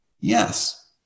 Yes